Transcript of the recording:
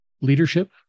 leadership